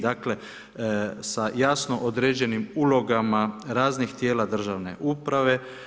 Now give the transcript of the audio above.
Dakle, sa jasno određenim ulogama raznih tijela državne uprave.